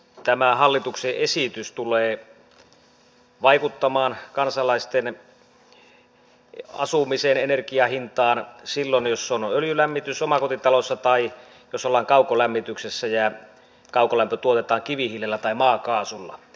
tämä hallituksen esitys tulee vaikuttamaan kansalaisten asumisen energiahintaan silloin jos on öljylämmitys omakotitalossa tai jos ollaan kaukolämmityksessä ja kaukolämpö tuotetaan kivihiilellä tai maakaasulla